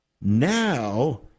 Now